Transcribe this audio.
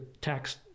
tax